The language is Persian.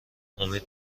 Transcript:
امید